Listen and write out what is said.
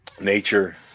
nature